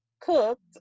cooked